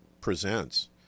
presents